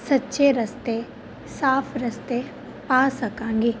ਸੱਚੇ ਰਸਤੇ ਸਾਫ ਰਸਤੇ ਪਾ ਸਕਾਂਗੀ